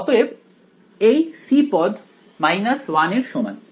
অতএব এই c পদ 1 এর সমান